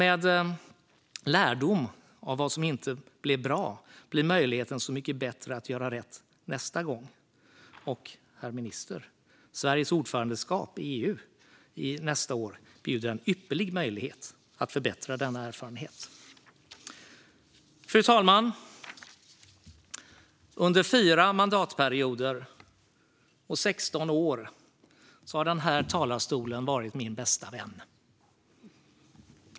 Med lärdom av vad som inte blev bra blir möjligheten så mycket bättre att göra rätt nästa gång. Sveriges ordförandeskap i EU nästa år, herr minister, erbjuder en ypperlig möjlighet att förbättra denna erfarenhet. Fru talman! Under fyra mandatperioder och 16 år har den här talarstolen varit min bästa vän.